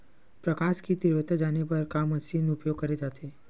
प्रकाश कि तीव्रता जाने बर का मशीन उपयोग करे जाथे?